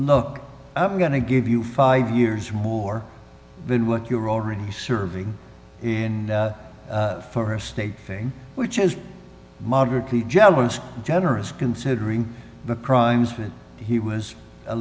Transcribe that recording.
look i'm going to give you five years more than what you're already serving and for a state thing which is moderately jealous and generous considering the crimes with he was a